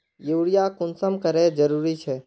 Urea कुंसम करे जरूरी छै?